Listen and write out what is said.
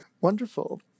Wonderful